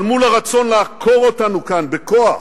אבל מול הרצון לעקור אותנו מכאן בכוח,